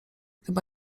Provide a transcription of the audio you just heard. chyba